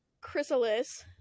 Chrysalis